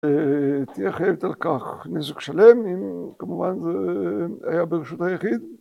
תהיה חייבת על כך נזק שלם, אם כמובן זה היה ברשות היחיד.